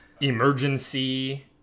emergency